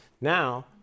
Now